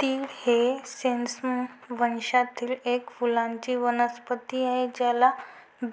तीळ ही सेसमम वंशातील एक फुलांची वनस्पती आहे, ज्याला